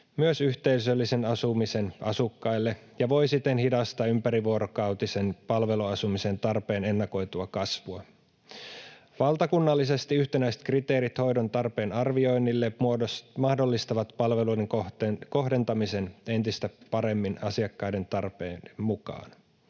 myös yhteisöllisen asumisen asukkaille ja voi siten hidastaa ympärivuorokautisen palveluasumisen tarpeen ennakoitua kasvua. Valtakunnallisesti yhtenäiset kriteerit hoidon tarpeen arvioinnille mahdollistavat palveluiden kohdentamisen entistä paremmin asiakkaiden tarpeiden mukaan.